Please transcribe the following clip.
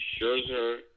Scherzer